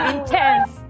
Intense